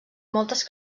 moltes